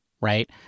Right